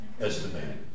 estimated